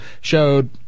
showed